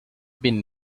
been